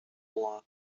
law